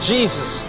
Jesus